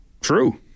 True